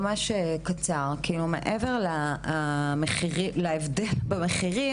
אני אגיד ממש בקצרה: מעבר להבדל במחירים